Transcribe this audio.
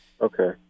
Okay